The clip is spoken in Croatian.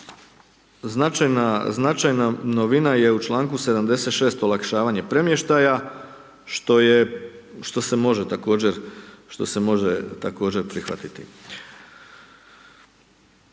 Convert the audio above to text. značajna novina je u članku 76. olakšavanje premještaja što se može također prihvatiti.